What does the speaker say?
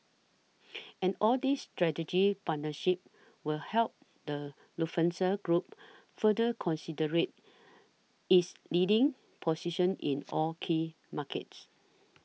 and all these strategic partnerships will help the Lufthansa Group further considerate is leading position in all key markets